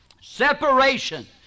Separation